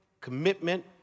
commitment